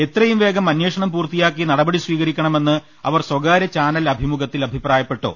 എത്രയുംവേഗം അന്വേഷണം പൂർത്തിയാക്കി നടപടി സ്വീകരിക്കണമെന്ന് അവർ സ്വകാര്യ ചാനൽ അഭിമുഖത്തിൽ അഭിപ്രായപ്പെട്ടു